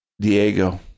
Diego